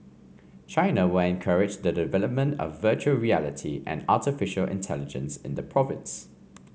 China will encourage the development of virtual reality and artificial intelligence in the province